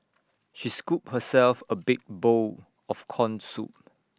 she scooped herself A big bowl of Corn Soup